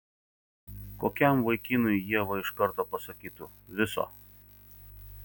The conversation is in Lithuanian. kokiam vaikinui ieva iš karto pasakytų viso